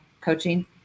coaching